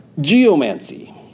Geomancy